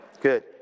Good